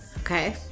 Okay